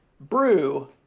brew